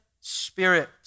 spirit